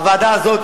הוועדה הזאת,